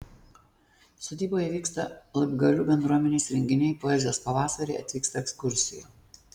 sodyboje vyksta laibgalių bendruomenės renginiai poezijos pavasariai atvyksta ekskursijų